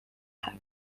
have